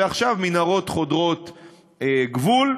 ועכשיו מנהרות חודרות גבול,